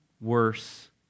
worse